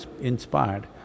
inspired